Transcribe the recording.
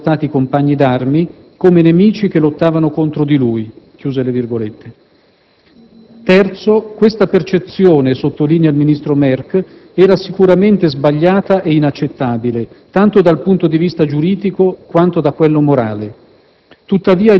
che prima erano stati compagni d'armi, come nemici che lottavano contro di lui»; terzo: questa percezione - sottolinea il ministro Merk - era sicuramente sbagliata e inaccettabile tanto dal punto di vista giuridico, quanto da quello morale.